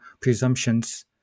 presumptions